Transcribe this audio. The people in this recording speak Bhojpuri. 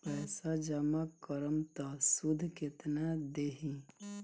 पैसा जमा करम त शुध कितना देही?